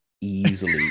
easily